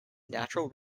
natural